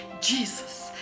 Jesus